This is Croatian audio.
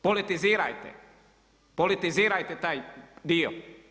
Politizirajte, politizirajte taj dio.